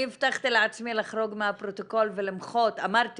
אני הבטחתי לעצמי לחרוג מהפרוטוקול ואמרתי